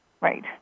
right